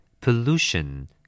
Pollution